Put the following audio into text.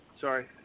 Sorry